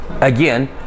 Again